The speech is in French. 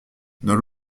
dans